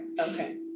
okay